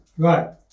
Right